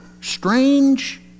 strange